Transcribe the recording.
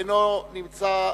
אינו נמצא,